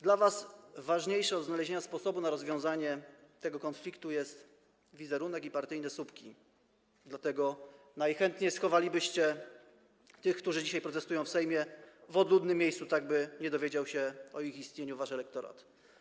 Dla was ważniejsze od znalezienia sposobu na rozwiązanie tego konfliktu są wizerunek i partyjne słupki, dlatego najchętniej schowalibyście tych, którzy dzisiaj protestują w Sejmie, w odludnym miejscu, tak by nie dowiedział się o ich istnieniu wasz elektorat.